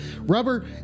rubber